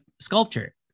sculpture